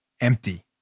empty